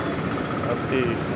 हाथी हमेशा झुंड में चलता है